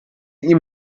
ihn